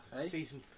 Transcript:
Season